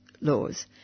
laws